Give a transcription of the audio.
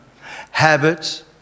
Habits